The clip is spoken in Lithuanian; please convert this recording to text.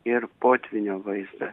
ir potvynio vaizdą